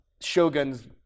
Shogun's